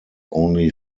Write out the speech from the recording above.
only